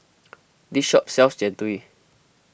this shop sells Jian Dui